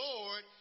Lord